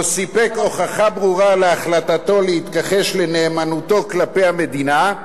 סיפק הוכחה ברורה להחלטתו להתכחש לנאמנותו כלפי המדינה,